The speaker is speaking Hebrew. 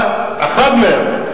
אתה אחד מהם.